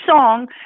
song